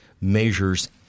measures